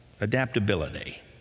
Adaptability